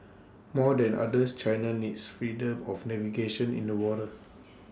more than others China needs freedom of navigation in the waters